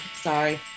sorry